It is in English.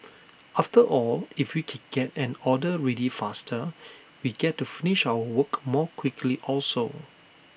after all if we can get an order ready faster we get to finish our work more quickly also